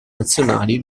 nazionali